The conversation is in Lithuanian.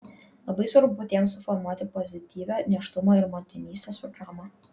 labai svarbu patiems suformuoti pozityvią nėštumo ir motinystės programą